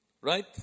Right